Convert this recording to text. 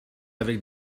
avec